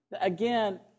again